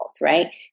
right